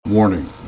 Warning